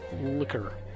liquor